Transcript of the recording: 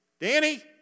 Danny